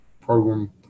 program